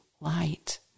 light